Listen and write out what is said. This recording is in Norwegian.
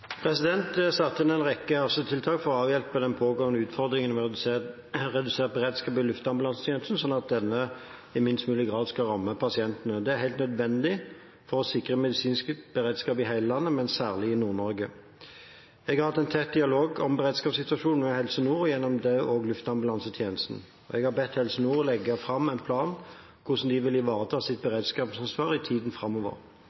satt inn en rekke hastetiltak for å avhjelpe de pågående utfordringene med redusert beredskap i luftambulansetjenesten, sånn at denne i minst mulig grad skal ramme pasientene. Det er helt nødvendig for å sikre medisinsk beredskap i hele landet, men særlig i Nord-Norge. Jeg har hatt en tett dialog om beredskapssituasjonen med Helse Nord og gjennom det også med Luftambulansetjenesten. Jeg har bedt Helse Nord legge fram en plan for hvordan de vil ivareta sitt